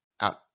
out